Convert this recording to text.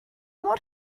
mor